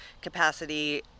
capacity